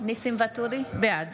בעד